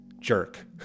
jerk